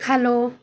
hello